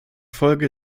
folge